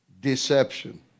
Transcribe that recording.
deception